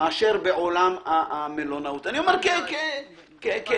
מאשר בעולם המלונאות, אני אומר כאזרח.